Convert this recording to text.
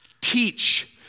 Teach